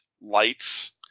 lights